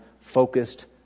focused